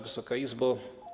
Wysoka Izbo!